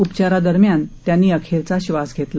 उपचारादरम्यान त्यांनी अखेरचा श्वास घेतला